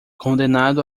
condenado